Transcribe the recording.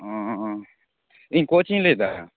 ᱚᱸᱻ ᱤᱧ ᱠᱳᱪ ᱤᱧ ᱞᱟᱹᱭᱮᱫᱟ